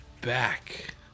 back